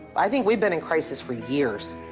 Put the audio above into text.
i think we've been in crisis for years.